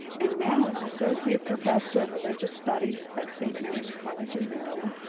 and now as associate professor of religious studies at st. mary's college in maryland,